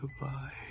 Goodbye